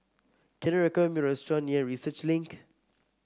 can you recommend me a restaurant near Research Link